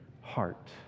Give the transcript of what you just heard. heart